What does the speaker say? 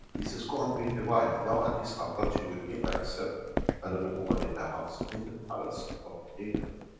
he says, go and bring the wife, now at least i've got you with me, i accept another woman in the house, in the palace of england.